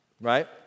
Right